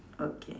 okay